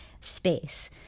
space